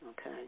okay